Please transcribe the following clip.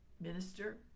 minister